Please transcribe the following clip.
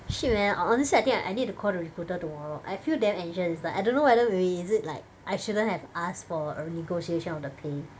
shit man hon~ honestly I I think I need to call the recruiter tomorrow I feel damn anxious it's like I don't know whether is is it like I shouldn't have asked for a negotiation on the pay